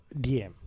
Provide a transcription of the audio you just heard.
DM